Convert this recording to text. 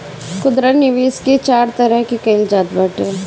खुदरा निवेश के चार तरह से कईल जात बाटे